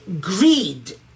greed